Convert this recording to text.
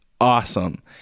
awesome